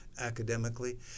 academically